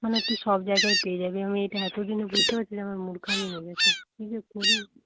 মানে তুই সব জায়গায় পেয়ে যাবি আমি এইটা এতদিনে বুঝতে পারছি আমার মূর্খামি হয়ে গেছে কি যে করি